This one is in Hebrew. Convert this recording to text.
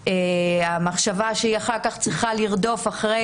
מתוך מחשבה שהיא אחר כך צריכה לרדוף אחרי